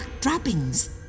droppings